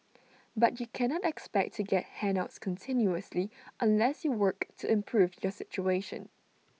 but you cannot expect to get handouts continuously unless you work to improve your situation